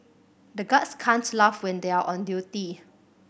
the guards can't laugh when they are on duty